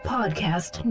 Podcast